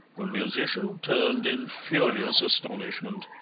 the musician turned in furious astonishment.